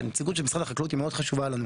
הנציגות של משרד החקלאות היא מאוד חשובה לנו,